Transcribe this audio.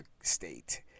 state